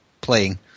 playing